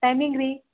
taming ರೀ